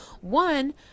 One